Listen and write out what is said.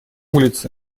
улице